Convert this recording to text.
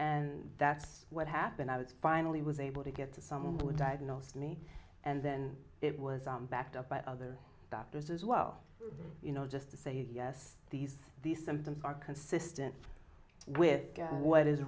and that's what happened i was finally was able to get to someone diagnosed me and then it was backed up by other doctors as well you know just to say yes these these symptoms are consistent with what is